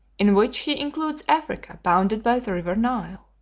in which he includes africa bounded by the river nile.